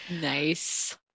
Nice